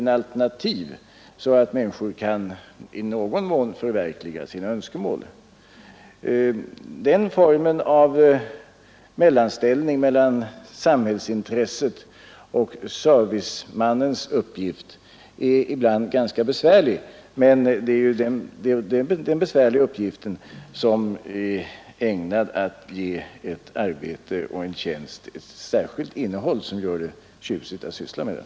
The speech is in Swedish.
könsfördelalternativ, så att människor i någon mån kan förverkliga sina önskemål. ningen inom det Den formen av mellanställning mellan samhällsintresset och servicemanoffentliga utrednens uppgift är som sagt ibland ganska besvärlig. Men det är den ningsväsendet besvärliga uppgiften som är ägnad att ge ett arbete och en tjänst ett särskilt innehåll, som gör det tjusigt att syssla med den.